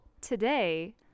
today